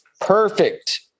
perfect